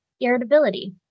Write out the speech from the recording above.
irritability